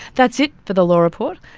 that's it for the law report,